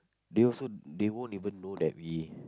they also they won't even know that we